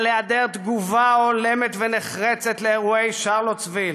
על היעדר תגובה הולמת ונחרצת על אירועי שרלוטסוויל.